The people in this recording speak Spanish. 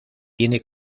tiene